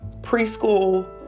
preschool